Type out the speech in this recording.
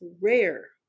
rare